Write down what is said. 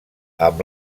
amb